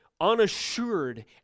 unassured